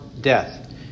death